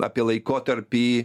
apie laikotarpį